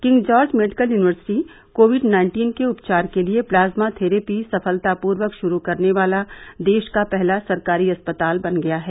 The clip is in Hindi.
king George medical university covid nineteen के उपचार के लिए प्लाज्मा थेरेपी सफलतापूर्वक शुरू करने वाला देश का पहला सरकारी अस्पताल बन गया है